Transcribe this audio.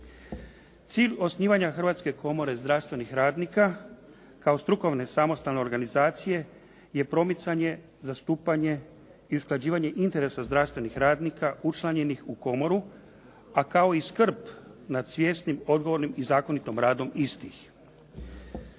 Cilj osnivanja Hrvatske komore zdravstvenih radnika kao strukovne samostalne organizacije je promicanje, zastupanje i usklađivanje interesa zdravstvenih radnika učlanjenih u komoru, a kao i skrb nad svjesnim, odgovornim i zakonitim radom istih.